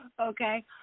Okay